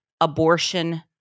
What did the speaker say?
Abortion